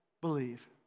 believe